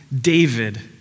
David